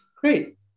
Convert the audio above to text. great